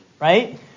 right